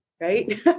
right